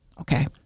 Okay